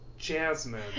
jasmine